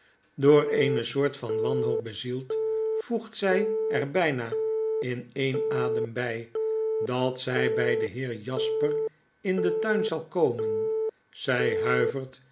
door eene soort van wanhoop bezield voegt zij er bijna in een adem bij dat zij bij den heer jasper in den tuin zal komen zij huivert